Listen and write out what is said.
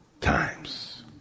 times